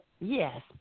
yes